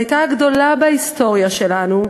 והיא הייתה הגדולה בהיסטוריה שלנו,